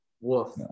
wolf